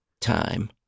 time